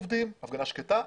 הפגנה שקטה,